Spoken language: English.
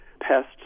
pests